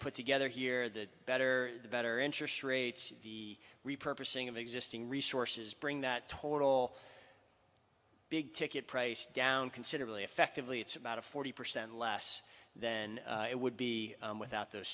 put together here the better the better interest rates the repurchasing of existing resources bring that total big ticket price down considerably effectively it's about a forty percent less than it would be without those